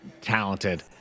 talented